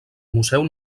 museu